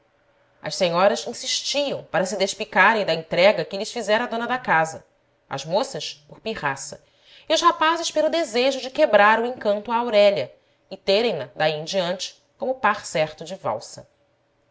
as senhoras insistiam para se despicarem da entrega que lhes fizera a dona da casa as moças por pirraça e os rapazes pelo desejo de quebrar o encanto a aurélia e terem na daí em diante como par certo de valsa